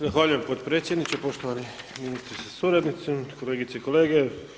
Zahvaljujem potpredsjedniče, poštovani ministre sa suradnicom, kolegice i kolege.